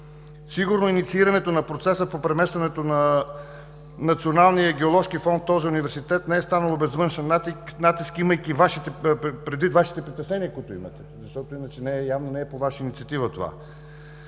Сигурно инициирането на процеса по преместването на Националния геоложки фонд в този университет не е станало без външен натиск, имайки предвид Вашите притеснения, които имате, защото това не е по Ваша инициатива.